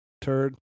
Turd